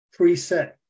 preset